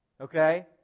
Okay